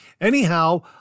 Anyhow